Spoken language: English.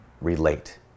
relate